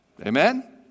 Amen